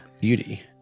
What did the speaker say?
beauty